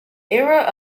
era